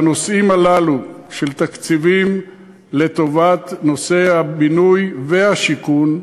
שהנושאים הללו של תקציבים לטובת נושא הבינוי והשיכון,